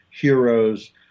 heroes